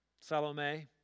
Salome